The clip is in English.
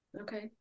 okay